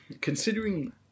Considering